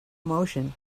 emotion